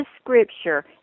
scripture